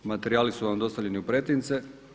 Materijali su vam dostavljeni u pretince.